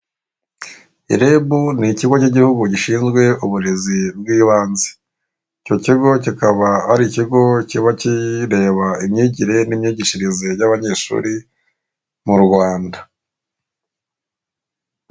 REB ni ikigo k'igihugu gishinzwe uburezi bw'ibanze, icyo kigo kikaba ari ikigo kiba kireba imyigire n'imyigishirize by'abanyeshuri mu Rwanda.